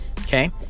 okay